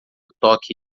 toque